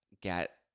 get